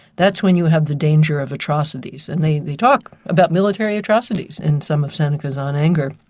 that's when you have the danger of atrocities and they they talk about military atrocities in some of seneca's, on anger.